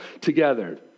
together